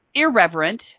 irreverent